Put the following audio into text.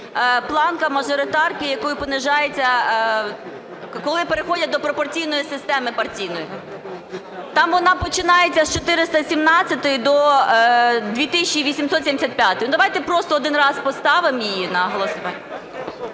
планка мажоритарки, якою понижується, коли переходять до пропорційної системи партійної. Там вона починається з 417 до 2875. Давайте просто один раз поставимо її на голосування.